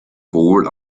wohl